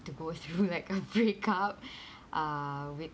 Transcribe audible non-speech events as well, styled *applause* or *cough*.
to go through like a break up *laughs* *breath* uh with